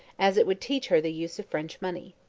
as it would teach her the use of french money.